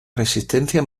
resistencia